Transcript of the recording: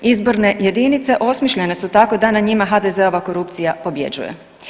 Izborne jedinice osmišljene su tako da na njima HDZ-ova korupcija pobjeđuje.